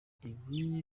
ibi